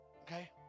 Okay